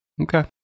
Okay